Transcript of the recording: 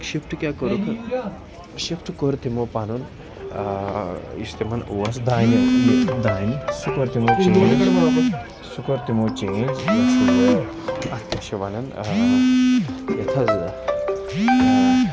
shift کیٛاہ کوٚرُکھ shift کوٚر تِمو پَنُن یُس تِمَن اوس دانہِ دانہِ سُہ کوٚر تِمو چینٛج سُہ کوٚر تِمو چینٛج اَتھ کیٛاہ چھِ وَنان یَتھ حظ